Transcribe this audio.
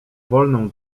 wolną